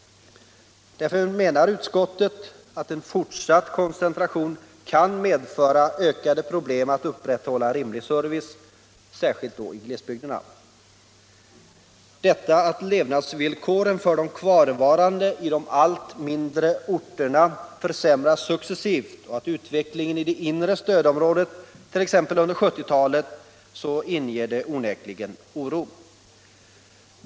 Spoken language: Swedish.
Utskottet anser att en fortsatt koncentration kan medföra ökade problem att upprätthålla rimlig service, särskilt då i glesbygderna. Levnadsvillkorens successiva försämring för de kvarvarande i de allt mindre orterna och utvecklingen i det inre stödområdet t.ex. under 1970-talet inger onekligen oro.